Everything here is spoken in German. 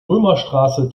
römerstraße